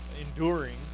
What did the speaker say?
enduring